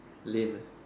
lame